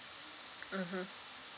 mmhmm